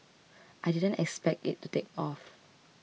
I didn't expect it to take off